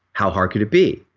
how hard could it be,